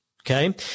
Okay